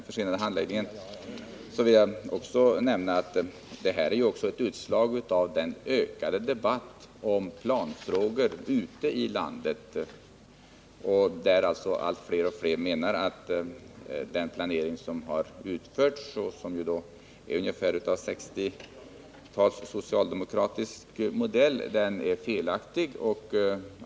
Förlängda handläggningstider är ett utslag av den ökande debatten om planfrågor ute i landet, där fler och fler människor menar att den planering som har utförts, och som är ungefär av 1960-talets socialdemokratiska modell, är felaktig.